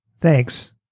Thanks